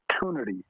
opportunity